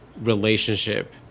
relationship